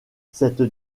cette